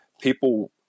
People